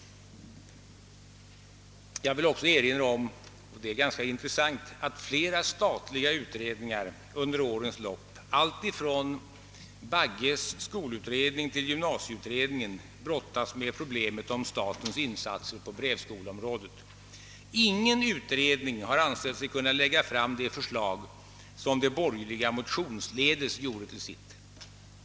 Jag vill också erinra om — det är ganska intressant — att flera statliga utredningar under årens lopp alltifrån Bagges skolutredning till gymnasieutredningen brottats med problemet om statens insatser på brevskoleområdet. Ingen utredning har ansett sig kunna lägga fram det förslag som de borgerliga motionsledes har gjort till sitt.